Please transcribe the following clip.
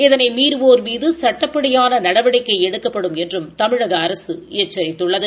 இதனை மீறவோர் மீது சட்டப்படியான நடவடிக்கை எடுக்கப்படும் என்றும் தமிழக அரசு எச்சித்துள்ளது